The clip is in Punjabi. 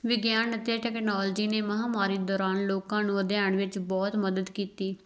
ਵਿਗਿਆਨ ਅਤੇ ਟੈਕਨੋਲਜੀ ਨੇ ਮਹਾਂਮਾਰੀ ਦੌਰਾਨ ਲੋਕਾਂ ਨੂੰ ਅਧਿਐਨ ਵਿੱਚ ਬਹੁਤ ਮਦਦ ਕੀਤੀ